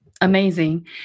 amazing